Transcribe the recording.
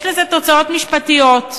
יש לזה תוצאות משפטיות.